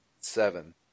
seven